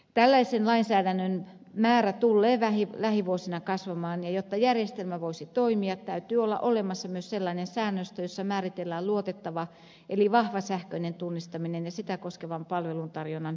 tällaisen lainsäädännön määrä tullee lähivuosina kasvamaan ja jotta järjestelmä voisi toimia täytyy olla olemassa myös sellainen säännöstö jossa määritellään luotettava eli vahva sähköinen tunnistaminen ja sitä koskevan palvelutarjonnan perusedellytykset